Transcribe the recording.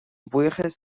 buíochas